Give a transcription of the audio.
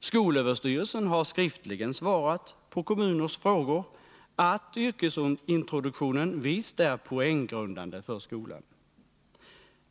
Skolöverstyrelsen har Fredagen den skriftligen svarat på kommuners frågor att yrkesintroduktionen visst är 28 november 1980 poänggrundande för skolan.